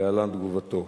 להלן תגובתו: